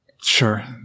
Sure